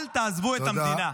אל תעזבו את המדינה.